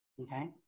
Okay